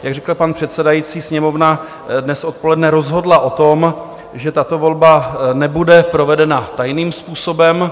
Jak řekl pan předsedající, Sněmovna dnes odpoledne rozhodla o tom, že tato volba nebude provedena tajným způsobem.